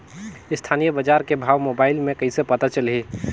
स्थानीय बजार के भाव मोबाइल मे कइसे पता चलही?